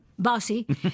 bossy